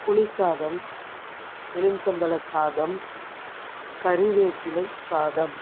புளிசாதம் எலுமிச்சம்பழம் சாதம் கறிவேப்பிலை சாதம்